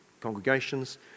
congregations